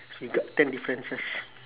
so we got ten differences